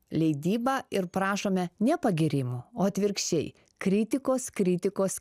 leidybą ir prašome ne pagyrimų o atvirkščiai kritikos kritikos